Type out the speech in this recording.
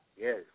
Yes